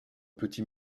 petit